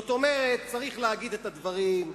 צריך להגיד את הדברים,